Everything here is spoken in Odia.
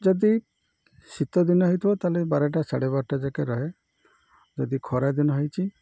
ଯଦି ଶୀତ ଦିନ ହୋଇଥିବ ତାହେଲେ ବାରଟା ସାଢ଼େ ବାରଟା ଯାକେ ରହେ ଯଦି ଖରା ଦିନ ହୋଇଛି